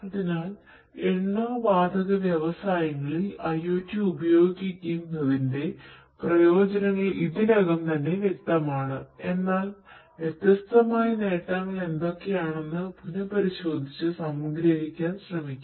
അതിനാൽ എണ്ണ വാതക വ്യവസായങ്ങളിൽ IOT ഉപയോഗിക്കുന്നതിന്റെ പ്രയോജനങ്ങൾ ഇതിനകം തന്നെ വ്യക്തമാണ് എന്നാൽ വ്യത്യസ്തമായ നേട്ടങ്ങൾ എന്തൊക്കെയാണെന്ന് പുനഃപരിശോധിച്ച് സംഗ്രഹിക്കാൻ ശ്രമിക്കാം